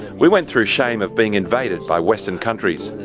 we went through shame of being invaded by western countries.